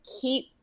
keep